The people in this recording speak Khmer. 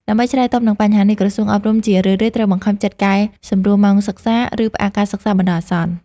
ដើម្បីឆ្លើយតបនឹងបញ្ហានេះ ក្រសួងអប់រំជារឿយៗត្រូវបង្ខំចិត្តកែសម្រួលម៉ោងសិក្សា ឬផ្អាកការសិក្សាបណ្តោះអាសន្ន។